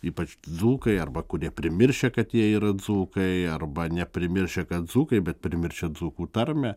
ypač dzūkai arba kurie primiršę kad jie yra dzūkai arba neprimiršę kad dzūkai bet primiršę dzūkų tarmę